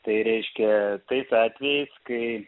tai reiškia tais atvejais kai